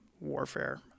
warfare